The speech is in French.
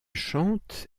chante